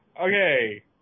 okay